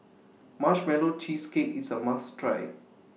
Marshmallow Cheesecake IS A must Try